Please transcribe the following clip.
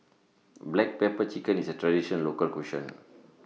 Black Pepper Chicken IS A Traditional Local Cuisine